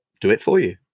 do-it-for-you